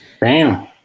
Bam